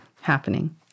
happening